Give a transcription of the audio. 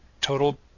total